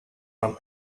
from